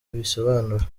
bisobanura